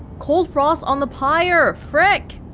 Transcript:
cold frost on the pyre, frick!